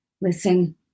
Listen